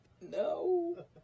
No